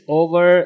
over